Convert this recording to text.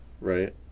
Right